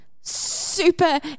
super